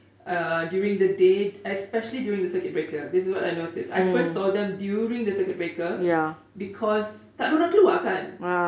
uh during the day especially during the circuit breaker this is what I notice I first saw them during the circuit breaker ya because takde orang keluar kan